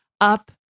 up